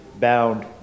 bound